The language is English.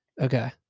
okay